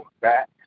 back